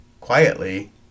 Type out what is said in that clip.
quietly